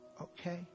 okay